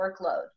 workload